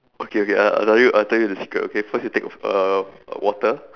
okay okay I'll I'll tell you I'll tell you the secret okay first you take uh water